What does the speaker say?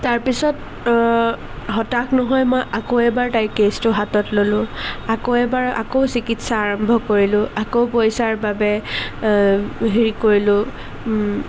তাৰপিছত হতাশ নহৈ মই আকৌ এবাৰ তাইৰ কেচটো হাতত ললোঁ আকৌ এবাৰ আকৌ চিকিৎসা আৰম্ভ কৰিলোঁ আকৌ পইচাৰ বাবে হেৰি কৰিলোঁ